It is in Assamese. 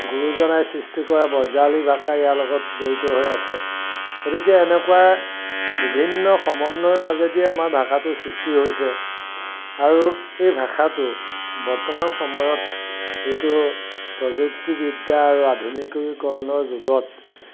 গুৰুজনাই সৃষ্টি কৰা বজ্ৰাৱলী ভাষা ইয়াৰ লগত জড়িত হৈ আছে গতিকে এনেকুৱা বিভিন্ন সমন্বয়ৰ মাজেদি আমাৰ ভাষাটোৰ সৃষ্টি হৈছে আৰু এই ভাষাটো বৰ্তমান সময়ত যিটো প্ৰযুক্তিবিদ্যা আৰু আধুনিকীৰণৰ যুগত